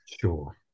sure